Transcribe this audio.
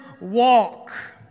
walk